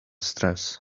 stress